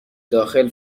داخل